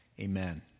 amen